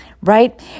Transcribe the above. right